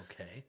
Okay